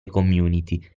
community